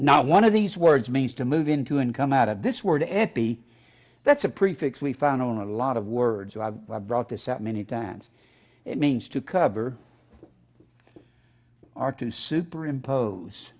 not one of these words means to move into and come out of this word m p that's a prefix we found on a lot of words you have brought this out many times it means to cover are to superimpose